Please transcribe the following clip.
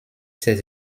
ses